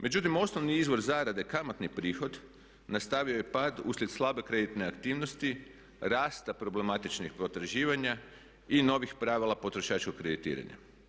Međutim, osnovni izvor zarade kamatni prihod nastavio je pad uslijed slabe kreditne aktivnosti, rasta problematičnih potraživanja i novih pravila potrošačkog kreditiranja.